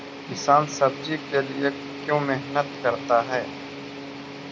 किसान सब्जी के लिए क्यों मेहनत करता है?